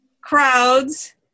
crowds